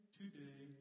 today